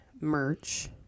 merch